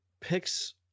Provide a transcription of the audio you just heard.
picks